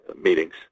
meetings